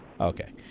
Okay